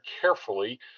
carefully